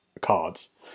cards